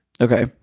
Okay